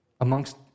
Amongst